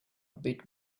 bit